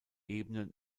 ebene